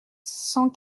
cent